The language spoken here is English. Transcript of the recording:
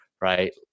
Right